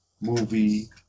movie